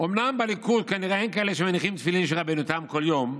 אומנם בליכוד כנראה אין כאלה שמניחים תפילין של רבנו תם כל יום,